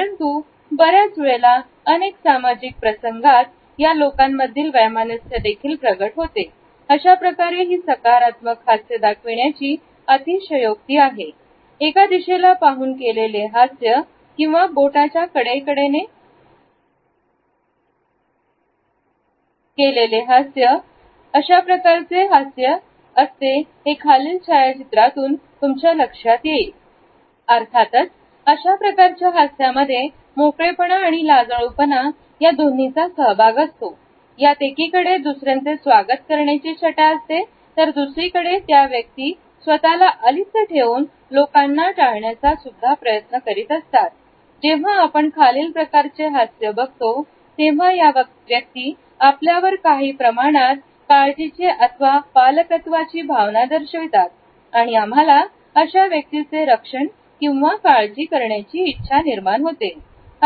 परंतु बऱ्याच वेळेला अनेक सामाजिक प्रसंगात या लोकांमधील वैमनस्य देखील प्रगट होते अशाप्रकारे ही सकारात्मक हास्य दाखविण्याची अतिशयोक्ती आहे एका दिशेला पाहून केलेले हास्य किंवा बोटांच्या कडेकडेने केलेले हास्य अशा प्रकारचे हास्य असते हे खालील छायाचित्रातून तुमच्या लक्षात येईल अर्थातच अशाप्रकारच्या हास्यामध्ये मोकळेपणा आणि लाजाळू पण या दोन्हीचा सहभाग असतो यात एकीकडे दुसऱ्यांचे स्वागत करण्याची छटा असते तर दुसरीकडे या व्यक्ती स्वतःला अलिप्त ठेवून लोकांना टाळण्याचा सुद्धा प्रयत्न करतात जेव्हा आपण खालील प्रकारचे हास्य बघतो तेव्हा ह्या व्यक्ती आपल्यावर काही प्रमाणात काळजीचे अथवा पालकत्वाची भावना दर्शवितात आणि आम्हाला अशा व्यक्तीचे रक्षण किंवा काळजी करण्याची इच्छा निर्माण होते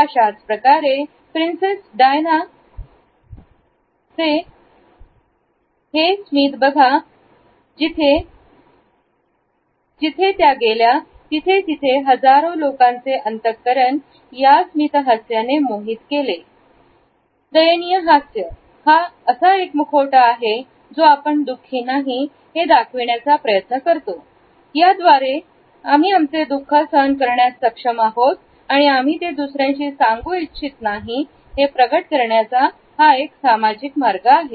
अशाच प्रकारे प्रिन्सेस डायना से हेच बघा ज्याने जिथे जिथे त्या गेल्या तिथे तिथे हजारो लोकांचे अंतकरण मोहित केले दयनीय हास्य हा असा एक मुखवटा आहे जो आपण दुःखी नाही हे दाखविण्याचा प्रयत्न करतो या हास्य द्वारे आम्ही आमचे दुःख सहन करण्यास सक्षम आहोत आणि आम्ही ते दुसऱ्यांशी सांगू इच्छित नाही हे प्रगट करण्याचा एक सामाजिक मार्ग आहे